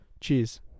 Cheers